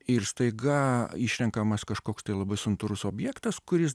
ir staiga išrenkamas kažkoks tai labai santūrus objektas kuris